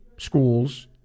Schools